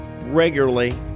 regularly